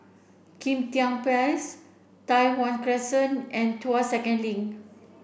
Kim Tian Place Tai Hwan Crescent and Tuas Second Link